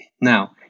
Now